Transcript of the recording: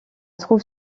trouve